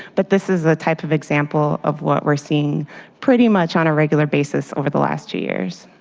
but this is the type of example of what we're seeing pretty much on a regular basis over the last two years.